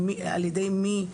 על ידי מי,